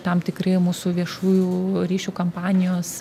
tam tikri mūsų viešųjų ryšių kampanijos